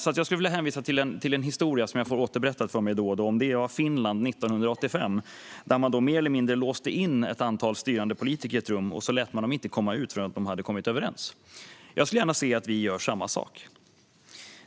Jag skulle vilja hänvisa till en historia som jag då och då får återberättad för mig om Finland 1985. Där låste man mer eller mindre in ett antal styrande politiker i ett rum och lät dem inte komma ut förrän de hade kommit överens. Jag skulle gärna se att vi gör samma sak.